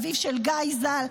אביו של גיא ז"ל,